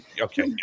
Okay